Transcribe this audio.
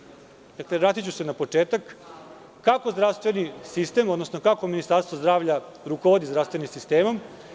Dakle, vratiću se na početak –kako zdravstveni sistem, odnosno Ministarstvo zdravlja rukovodi zdravstvenim sistemom?